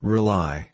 Rely